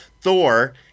Thor